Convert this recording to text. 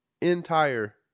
entire